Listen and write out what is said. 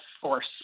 force